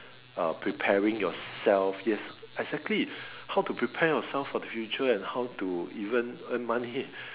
uh preparing yourself yes exactly how to prepare yourself for the future and how to even earn money